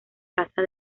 casa